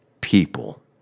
people